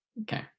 okay